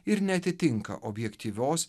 ir neatitinka objektyvios